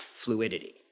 fluidity